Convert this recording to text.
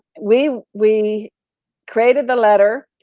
we we created the letter,